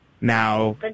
Now